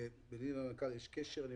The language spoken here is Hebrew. לי